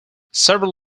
several